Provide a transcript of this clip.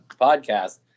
podcast